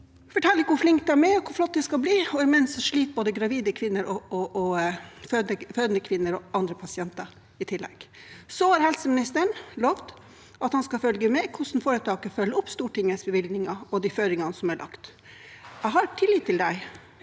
forteller hvor flinke de er, hvor flott det skal bli, og imens sliter både gravide kvinner, fødende kvinner og andre pasienter i tillegg. Så har helseministeren lovet at han skal følge med på hvordan foretaket følger opp Stortingets bevilgninger og de føringene som er lagt. Jeg har tillit til det,